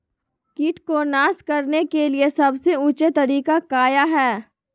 किट को नास करने के लिए सबसे ऊंचे तरीका काया है?